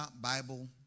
Bible